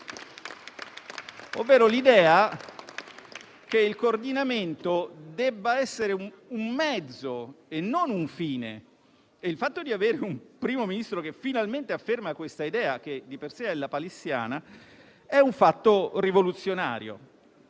L'idea è che il coordinamento debba essere un mezzo e non un fine e il fatto di avere un primo Ministro che finalmente afferma quest'idea, che di per sé è lapalissiana, è rivoluzionario.